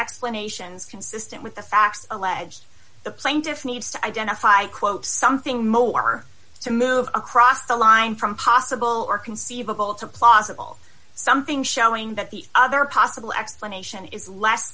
explanations consistent with the facts alleged the plaintiff needs to identify quote something more to move across the line from possible or conceivable to plausible something showing that the other possible explanation is less